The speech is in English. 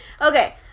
Okay